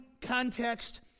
context